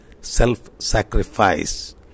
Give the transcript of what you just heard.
Self-sacrifice